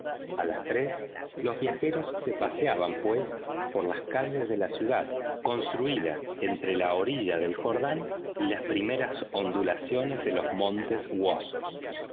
a las tres los viajeros se paseaban pues por las calles de la ciudad construida entre la orilla del jordán y las primeras ondulaciones de los montes